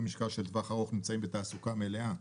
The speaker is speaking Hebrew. משקל של טווח ארוך נמצאים בתעסוקה מלאה,